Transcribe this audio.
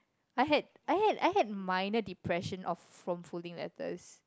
I had I had I had minor depression of from folding letters